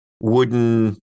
wooden